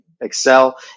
excel